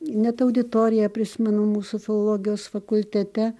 net auditoriją prisimenu mūsų filologijos fakultete